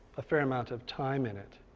a fair amount of time in it.